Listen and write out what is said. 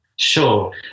Sure